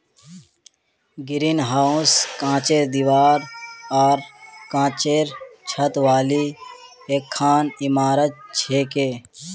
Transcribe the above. greenhouse कांचेर दीवार आर कांचेर छत वाली एकखन इमारत छिके